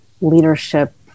leadership